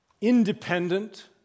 independent